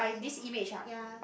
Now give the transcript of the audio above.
so ya